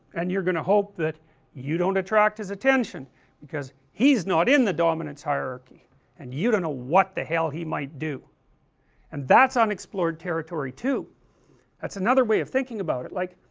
and you are going to hope that you don't attract his attention because, he's not in the dominance hierarchy and you don't know what the hell he might do and that's unexplored territory too and that's another way of thinking about it like